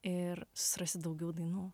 ir surasit daugiau dainų